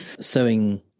sewing